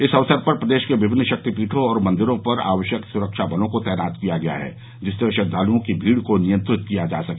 इस अवसर पर प्रदेश में विमिन्न शक्तिपीठों और मंदिरों पर आवश्यक सुरक्षा बलों को तैनात किया गया है जिससे श्रद्वालुओं की भीड़ को नियंत्रित किया जा सके